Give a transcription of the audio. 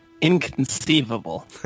inconceivable